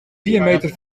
diameter